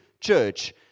church